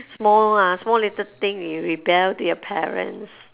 small ah small little thing you rebel to your parents